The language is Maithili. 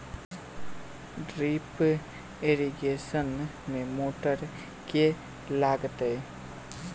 ड्रिप इरिगेशन मे मोटर केँ लागतै?